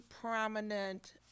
prominent